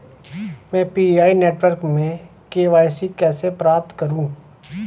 मैं Pi network में KYC कैसे प्राप्त करूँ?